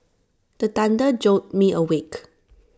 the thunder jolt me awake